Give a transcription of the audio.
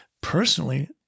personally